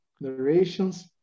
narrations